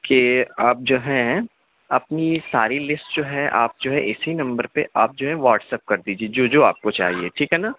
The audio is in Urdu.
کہ آپ جو ہیں اپنی ساری لیسٹ جو ہے آپ جو ہے اِسی نمبر پہ آپ جو ہے واٹس ایپ کر دیجیے جو جو آپ کو چاہیے ٹھیک ہے نا